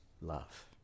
love